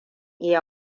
iya